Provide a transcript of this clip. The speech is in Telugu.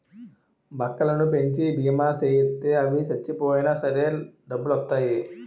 బక్కలను పెంచి బీమా సేయిత్తే అవి సచ్చిపోయినా సరే డబ్బులొత్తాయి